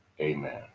Amen